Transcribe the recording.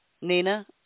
Nina